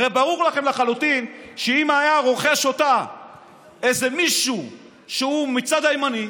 הרי ברור לכם לחלוטין שאם היה רוכש אותה איזה מישהו שהוא מהצד הימני,